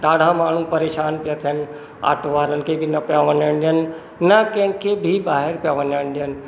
ॾाढा माण्हू परेशानु पिया थियनि आटो वारनि खे न पिया वञण ॾेयनि न कंहिंखे बि ॿाहिरि पिया वञण ॾेअनि